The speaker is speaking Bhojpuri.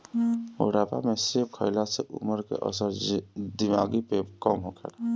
बुढ़ापा में सेब खइला से उमर के असर दिमागी पे कम होखेला